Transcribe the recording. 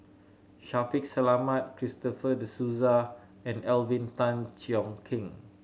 Shaffiq Selamat Christopher De Souza and Alvin Tan Cheong Kheng